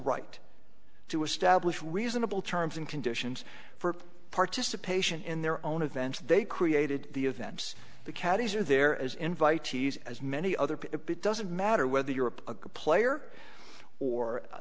right to establish reasonable terms and conditions for participation in their own events they created the events the caddies are there as invitees as many other but it doesn't matter whether you're a player or a